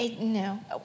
No